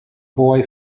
boy